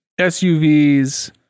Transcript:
SUVs